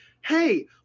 hey